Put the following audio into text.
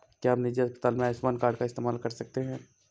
क्या हम निजी अस्पताल में आयुष्मान कार्ड का इस्तेमाल कर सकते हैं?